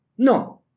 No